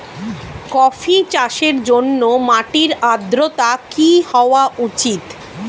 Coffee চাষের জন্য মাটির আর্দ্রতা কি হওয়া উচিৎ?